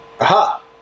Aha